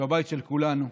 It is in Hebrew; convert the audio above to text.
שהוא הבית של כולנו.